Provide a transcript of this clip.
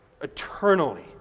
eternally